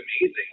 amazing